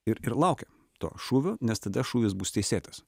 ir ir laukia to šūvio nes tada šūvis bus teisėtas